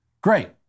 Great